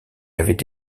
avait